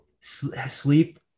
sleep